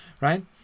Right